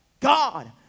God